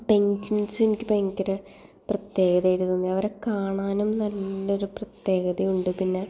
പെൻഗ്വിൻസും എനിക്ക് ഭയങ്കര പ്രത്യേകതയായിട്ട് തോന്നി അവരെ കാണാനും നല്ലൊരു പ്രത്യേകതയുണ്ട് പിന്നെ